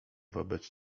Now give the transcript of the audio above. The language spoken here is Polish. wobec